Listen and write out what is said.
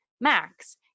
Max